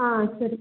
ಹಾಂ ಸರಿ